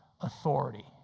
authority